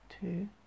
two